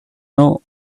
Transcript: know